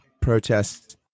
protests